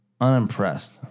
unimpressed